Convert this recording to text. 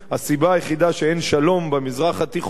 הסיבה היחידה שאין שלום במזרח התיכון זה,